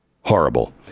horrible